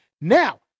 Now